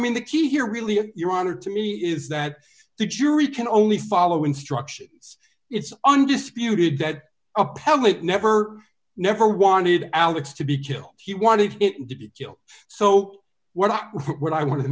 mean the key here really of your honor to me is that the jury can only follow instructions it's undisputed that appellate never never wanted alex to be killed he wanted it to be killed so what what i want to